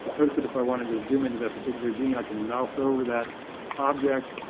notice that if i wanted to zoom into that particular gene, i can mouse over that object,